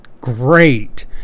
great